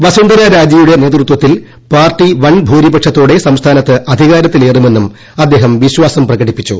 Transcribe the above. വസുന്ധര രാജിയുടെ നേതൃത്വത്തിൽ പാർട്ടി വൻഭൂരിപക്ഷത്തോടെ സംസ്ഥാനത്ത് അധികാരത്തിലേറുമെന്നും അദ്ദേഹം വിശ്വാസം പ്രകടിപ്പിച്ചു